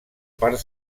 part